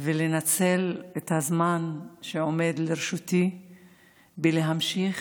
להגיד ולנצל את הזמן שעומד לרשותי ולהמשיך